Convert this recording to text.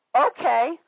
Okay